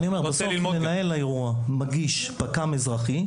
בסוף מנהל האירוע מגיש פק"מ אזרחי,